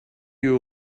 you